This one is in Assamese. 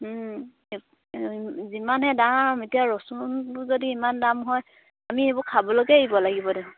যিমানহে দাম এতিয়া ৰচুনটো যদি ইমান দাম হয় আমি এইবোৰ খাবলৈকে এৰিব লাগিব দেখোন